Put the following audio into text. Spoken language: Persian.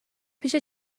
پیش